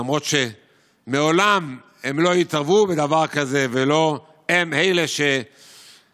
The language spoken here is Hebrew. למרות שמעולם הם לא התערבו בדבר כזה ולא הם אלה שחייבו,